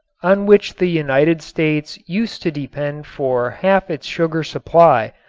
on which the united states used to depend for half its sugar supply,